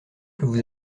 vous